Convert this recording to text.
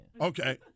Okay